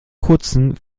kurzem